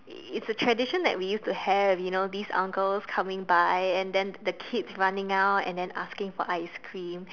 it's a tradition that we used to have you know this uncles coming by and then the kids coming out and then asking for ice cream